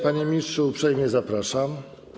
Panie ministrze, uprzejmie zapraszam.